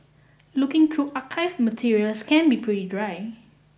looking through archived materials can be pretty dry